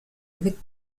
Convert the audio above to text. avec